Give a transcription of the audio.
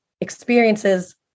experiences